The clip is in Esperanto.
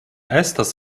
estas